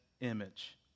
image